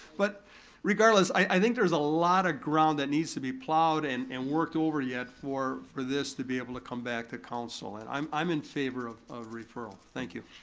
but regardless, i think there's a lot of ground that needs to be plowed and and worked over yet for for this to able to come back to council, and i'm i'm in favor of of referral, thank you.